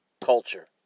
culture